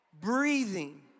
breathing